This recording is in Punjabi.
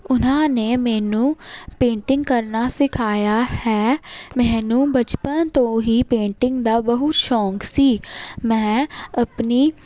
ਉਨ੍ਹਾਂ ਨੇ ਮੈਨੂੰ ਪੇਂਟਿੰਗ ਕਰਨਾ ਸਿਖਾਇਆ ਹੈ ਮੈਨੂੰ ਬਚਪਨ ਤੋਂ ਹੀ ਪੇਂਟਿੰਗ ਦਾ ਬਹੁਤ ਸ਼ੋਂਕ ਸੀ ਮੈਂ ਆਪਣੀ